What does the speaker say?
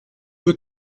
veux